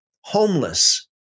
Homeless